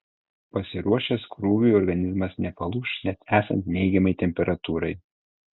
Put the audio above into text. pasiruošęs krūviui organizmas nepalūš net esant neigiamai temperatūrai